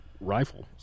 rifle